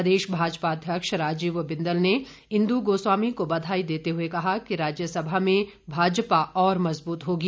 प्रदेश भाजपा अध्यक्ष राजीव बिंदल ने इंदु गोस्वामी को बधाई देते हुए कहा कि राज्यसभा में भाजपा और मजबूत होगी